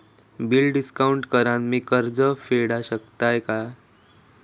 Bill discount करान मी कर्ज फेडा शकताय काय?